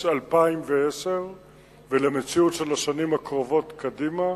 2010 ולמציאות של השנים הקרובות קדימה,